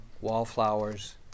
wallflowers